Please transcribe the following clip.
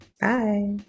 Bye